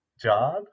job